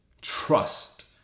Trust